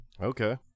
Okay